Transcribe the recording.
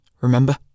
remember